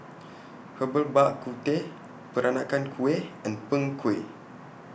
Herbal Bak Ku Teh Peranakan Kueh and Png Kueh